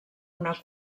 una